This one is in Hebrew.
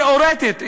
תיאורטית,